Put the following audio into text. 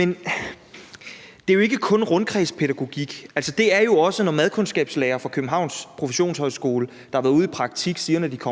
(S): Det er jo ikke kun rundkredspædagogik. Det er jo også, når madkundskabslærere fra Københavns Professionshøjskole, der efter at have været ude i praktik siger: Det